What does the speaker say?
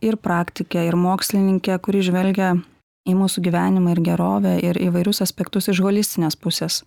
ir praktikę ir mokslininkę kuri žvelgia į mūsų gyvenimą ir gerovę ir įvairius aspektus iš holistinės pusės